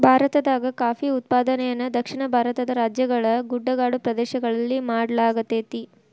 ಭಾರತದಾಗ ಕಾಫಿ ಉತ್ಪಾದನೆಯನ್ನ ದಕ್ಷಿಣ ಭಾರತದ ರಾಜ್ಯಗಳ ಗುಡ್ಡಗಾಡು ಪ್ರದೇಶಗಳಲ್ಲಿ ಮಾಡ್ಲಾಗತೇತಿ